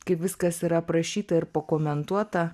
kaip viskas yra aprašyta ir pakomentuota